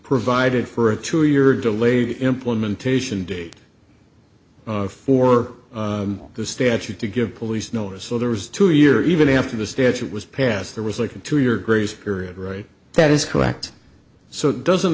provided for a two year delay the implementation date for the statute to give police no or so there was two year even after the statute was passed there was likely to your grace period right that is correct so doesn't